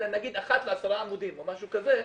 אלא נגיד אחת לעשרה עמודים או משהו כזה.